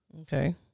Okay